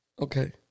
Okay